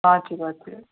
हजुर हजुर